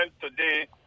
today